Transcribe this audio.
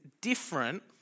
different